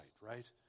right